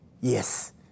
Yes